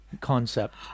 concept